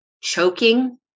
choking